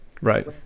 Right